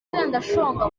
sendashonga